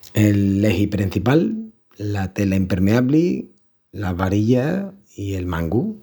El lexi prencipal, la tela impermeabli, las varillas i el mangu.